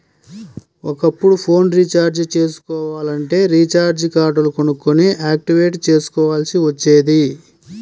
ఒకప్పుడు phone recharge చేసుకోవాలంటే recharge కార్డులు కొనుక్కొని యాక్టివేట్ చేసుకోవాల్సి వచ్చేది